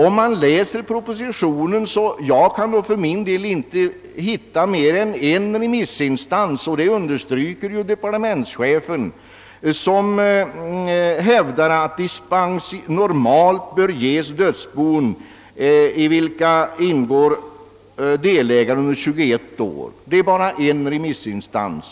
Jag kan inte se att mer än en enda remissinstans — och det har också departementschefen understrukit — hävdar att dispens normalt bör ges dödsbon i vilka ingår delägare under 21 år.